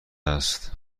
است